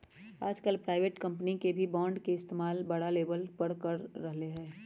आजकल private company भी bond के इस्तेमाल बड़ा लेवल पर कर रहले है